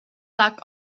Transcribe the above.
like